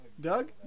Doug